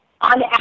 on